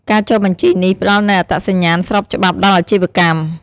ការចុះបញ្ជីនេះផ្តល់នូវអត្តសញ្ញាណស្របច្បាប់ដល់អាជីវកម្ម។